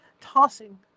tossing